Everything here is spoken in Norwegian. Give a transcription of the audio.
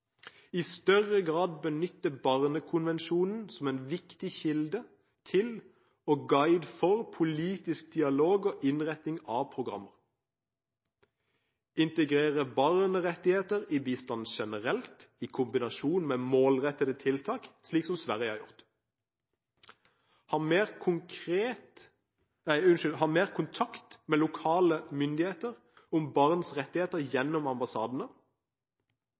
i større grad benytte Barnekonvensjonen som en viktig kilde til og guide for politisk dialog og innretning av programmer integrere barnerettigheter i bistanden generelt, i kombinasjon med målrettede tiltak, slik som Sverige har gjort ha mer kontakt med lokale myndigheter om barns rettigheter gjennom ambassadene